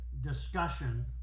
discussion